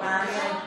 מעניין.